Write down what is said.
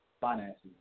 finances